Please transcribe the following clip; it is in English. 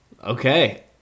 Okay